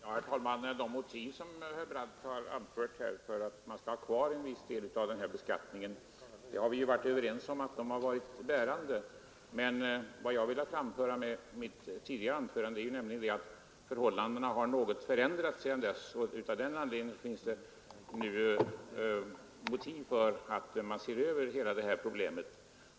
Herr talman! De motiv som herr Brandt har anfört för att man skall ha kvar en viss del av den här beskattningen har varit bärande, det har vi ju varit överens om. Vad jag ville peka på i mitt tidigare anförande var emellertid att förhållandena har förändrats något sedan dess och att det av den anledningen nu finns motiv för att se över hela problemet.